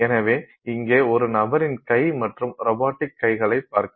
எனவே இங்கே ஒரு நபரின் கை மற்றும் ரோபோடிக் கைகளைப் பார்க்கலாம்